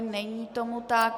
Není tomu tak.